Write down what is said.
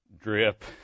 drip